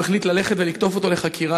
הוא החליט ללכת ו"לקטוף" אותו לחקירה,